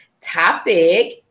topic